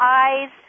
eyes